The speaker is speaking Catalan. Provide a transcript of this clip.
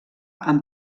amb